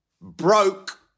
Broke